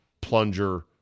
plunger